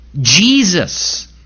Jesus